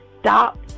stop